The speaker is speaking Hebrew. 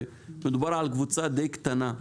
מדובר בקבוצה די קטנה,